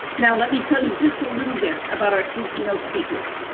now let me tell you just a little bit about our two keynote speakers.